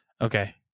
Okay